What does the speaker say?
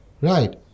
Right